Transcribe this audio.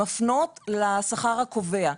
מפנות לשכר הקובע,